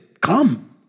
come